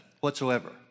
whatsoever